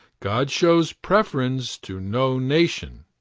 god shows preference to no nation,